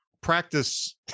practice